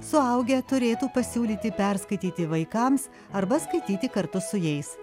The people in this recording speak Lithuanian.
suaugę turėtų pasiūlyti perskaityti vaikams arba skaityti kartu su jais